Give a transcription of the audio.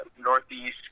Northeast